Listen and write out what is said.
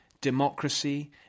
Democracy